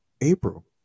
April